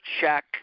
check